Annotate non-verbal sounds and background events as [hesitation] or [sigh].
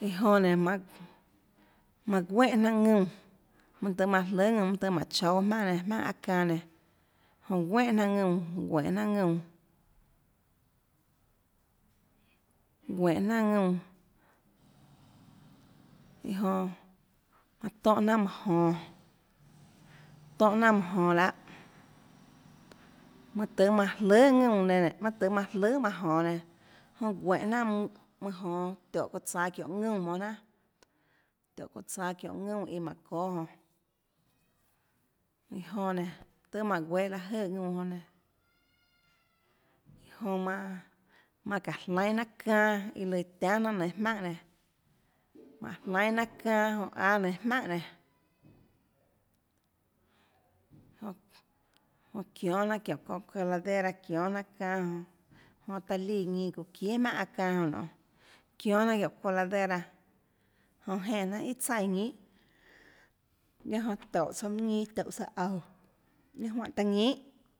jnanàiã jonã nénã manamana guénhà jnanà ðuúnã mønâ tøhê manã jløhà ðuúnã mønâ tøhê manã choúâ jmaùnhà aâ çanâ nenãjonã guénhàjnanà ðuúnãguénhå jnanà ðuúnã guénhå jnanà ðuúnã iã jonãmanã tónhã jnanà manã jonå tónhã jnanà manã jonålahâmønâ tøhê manã jløhà ðuúnãnenãmønâ tøhê manã jløhàmanã jonå nenã jonã guénhå jnanà mønâ [hesitation] jonå tiónhå çounã tsaå çiónhå ðuúnã jmonå jnanàtiónhå çounã tsaå çiónhå ðuúnã iã mánhå çóâ jonã iã jonã nénå mánå guehå láå jøè ðuúnã jonã nénå jonã manã çáå jlainhâ jnanà çanâ lùã tianhà jnanà nainhå jmaùnhà nenã mánå jlainhâ jnanà çanâ jonã áâ nainhå jmaùnhà nenã jonã jonã çionê jnanà çiónhå çounã coladera çionê jnanàçanâ jonã jonã taã líã ñinã çuuã çinhà jmaùnhà aâ çanâ joãnonê çionê jnanà çiónhå coladera jonã jenè jnanà íà tsaíã ñinhàguiaâ jonã tióhå tsouã minhà ñinâ tióhå tsouã aunå ninâ juáhã taã ñinhà